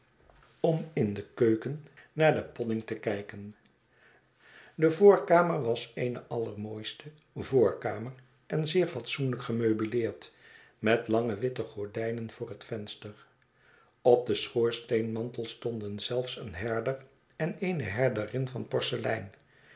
om in de keuken naar de podding te kijken de voorkamer was eene allermooiste voorkamer en zeer fatsoenlijk gemeubileerd met lange witte gordijnen voor het venster op den schoorsteenmantel stonden zelfs een herder en eene herderin van porselein